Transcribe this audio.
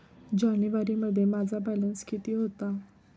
जानेवारीमध्ये माझा बॅलन्स किती होता?